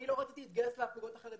אני לא רציתי להתגייס ליחידות החרדיות.